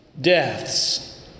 deaths